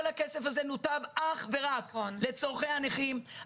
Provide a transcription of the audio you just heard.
כל הכסף הזה נותב אך ורק לצורכי הנכים.